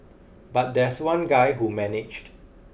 but there's one guy who managed